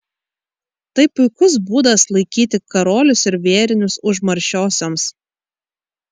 tai puikus būdas laikyti karolius ir vėrinius užmaršiosioms